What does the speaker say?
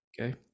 okay